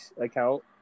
account